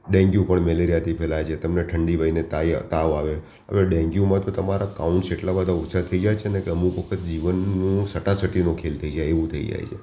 dengue પણ મેલેરિયાથી ફેલાય છે તમને ઠંડી હોયને તાવ આવે હવે ડેન્ગ્યુમાં તો તમારા કાઉન્ટ્સ એટલા ઓછા થઈ જાય છે ને કે અમુક વખત જીવનનું સટાસટીનો ખેલ થઈ જાય એવું થઈ જાય છે